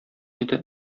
иде